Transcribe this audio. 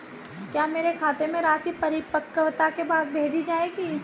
क्या मेरे खाते में राशि परिपक्वता के बाद भेजी जाएगी?